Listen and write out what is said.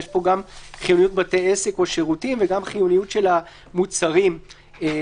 יש פה גם חיוניות בתי עסק או שירותים וגם חיוניות של המוצרים והשירותים.